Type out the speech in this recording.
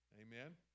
Amen